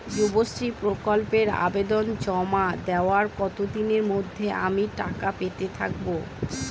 যুবশ্রী প্রকল্পে আবেদন জমা দেওয়ার কতদিনের মধ্যে আমি টাকা পেতে থাকব?